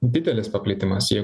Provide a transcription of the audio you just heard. didelis paplitimas jeigu